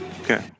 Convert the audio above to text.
Okay